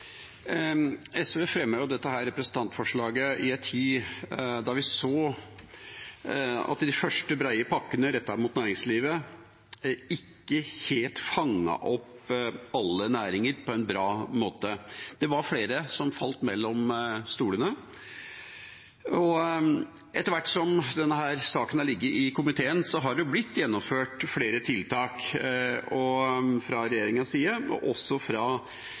at de første brede pakkene rettet mot næringslivet ikke helt fanget opp alle næringer på en bra måte. Det var flere som falt mellom stolene. Etter hvert som denne saken har ligget i komiteen, har det blitt gjennomført flere tiltak fra regjeringas side – og også fra